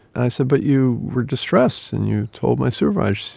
i said, but you were distressed and you told my supervisor.